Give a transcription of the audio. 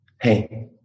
Hey